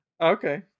Okay